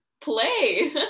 play